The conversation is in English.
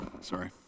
sorry